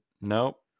Nope